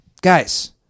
Guys